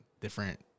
different